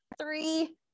three